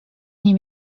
nie